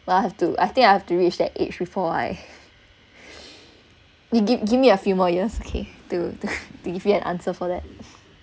well I have to I think I have to reach that age before I give give me a few more years okay to give you an answer for that